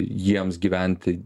jiems gyventi